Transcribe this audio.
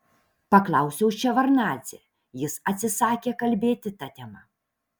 paklausiau ševardnadzę jis atsisakė kalbėti ta tema